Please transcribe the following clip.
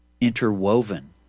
interwoven